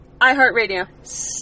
iHeartRadio